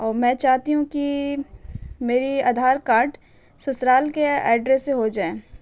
اور میں چاہتی ہوں کہ میری آدھار کارڈ سسرال کے ایڈریس سے ہو جائیں